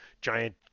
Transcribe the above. giant